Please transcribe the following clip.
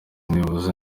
ntibivuze